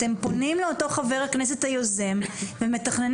אתם פונים לאותו חבר הכנסת היוזם ומתכננים